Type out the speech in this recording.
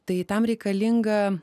tai tam reikalinga